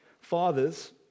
Fathers